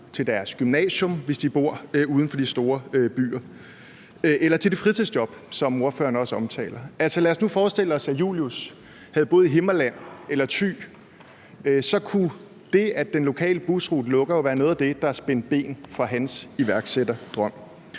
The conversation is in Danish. til deres gymnasium eller til deres fritidsjob, som ordføreren også omtaler. Lad os nu forestille os, at Julius havde boet i Himmerland eller Thy. Så kunne det, at den lokale busrute lukker, jo være noget af det, der spændte ben for hans iværksætterdrøm.